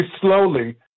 slowly